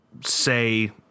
say